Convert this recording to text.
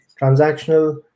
transactional